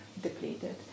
depleted